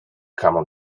camel